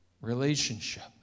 relationship